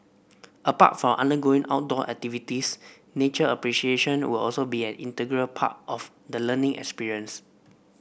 apart from undergoing outdoor activities nature appreciation will also be an integral part of the learning experience